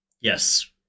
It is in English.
Yes